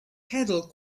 pedal